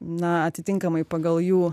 na atitinkamai pagal jų